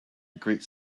great